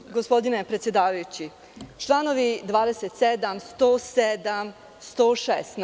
Hvala gospodine predsedavajući, članovi 27, 107. i 116.